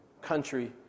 country